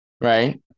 right